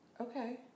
Okay